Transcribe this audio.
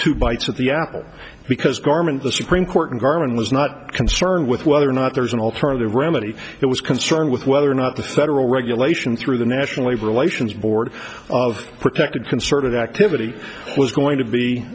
two bites of the apple because garment the supreme court and garland was not concerned with whether or not there is an alternative remedy it was concerned with whether or not the federal regulation through the national labor relations board of protected concerted activity was going to be